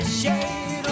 shade